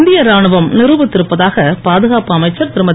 இந்திய ராணுவம் நி ருபித்திருப்பதாக பாதுகாப்பு அமைச்சர் திருமதி